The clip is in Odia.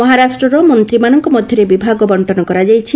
ମହାରାଷ୍ଟ୍ରର ମନ୍ତ୍ରୀମାନଙ୍କ ମଧ୍ୟରେ ବିଭାଗ ବର୍ଷନ କରାଯାଇଛି